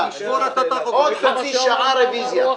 עוד חצי שעה רביזיה.